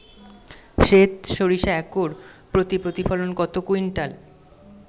সেত সরিষা একর প্রতি প্রতিফলন কত কুইন্টাল?